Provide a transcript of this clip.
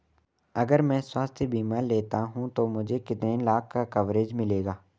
अगर मैं स्वास्थ्य बीमा लेता हूं तो मुझे कितने लाख का कवरेज मिलेगा?